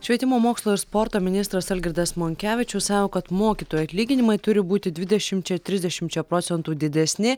švietimo mokslo ir sporto ministras algirdas monkevičius sa kad mokytojų atlyginimai turi būti dvidešimčia trisdešimčia procentų didesni